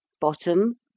Bottom